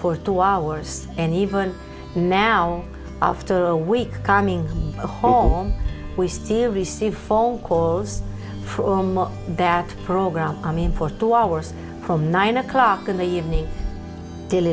for two hours and even now after a week coming home we still receive fall cause from that program i mean for two hours from nine o'clock in the evening till